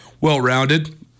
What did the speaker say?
well-rounded